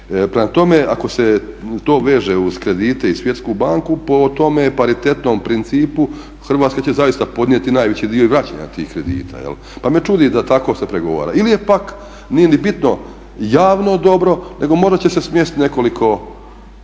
Prema tome, ako se to veže uz kredite i Svjetsku banku po tome paritetnom principu Hrvatska će zaista podnijeti najveći dio i vraćanja tih kredita pa me čudi da tako se pregovara. Ili pak nije ni bitno javno dobro nego morat će se smjestit nekoliko